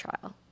trial